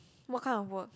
what kind of work